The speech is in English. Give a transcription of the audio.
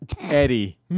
Eddie